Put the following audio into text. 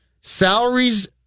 Salaries